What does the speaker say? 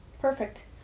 perfect